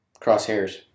Crosshairs